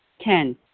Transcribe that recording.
Ten